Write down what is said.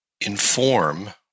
inform